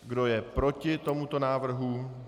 Kdo je proti tomuto návrhu?